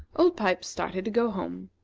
old pipes started to go home.